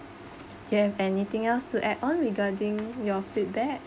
you have anything else to add on regarding your feedback